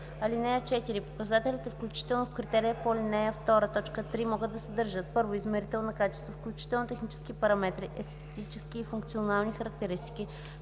(4) Показателите, включени в критерия по ал. 2, т. 3 могат да съдържат: 1. измерител на качество, включително технически параметри, естетически и функционални характеристики,